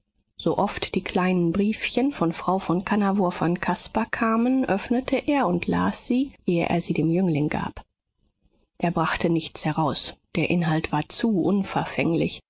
so oft die kleinen briefchen von frau von kannawurf an caspar kamen öffnete er und las sie ehe er sie dem jüngling gab er brachte nichts heraus der inhalt war zu unverfänglich